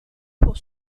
pour